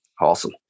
Awesome